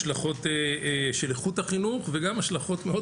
השלכות של איכות החינוך וגם השלכות מאד